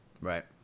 Right